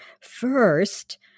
First